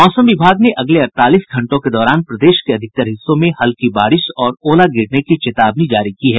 मौसम विभाग ने अगले अड़तालीस घंटों के दौरान प्रदेश के अधिकतर हिस्सों में हल्की बारिश और ओला गिरने की चेतावनी जारी की है